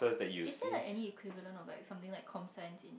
it's there like any equivalent or something like comm science eh